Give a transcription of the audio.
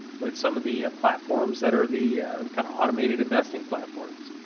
with some of the platforms that are the kind of automated investing platforms.